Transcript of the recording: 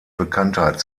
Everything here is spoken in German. bekanntheit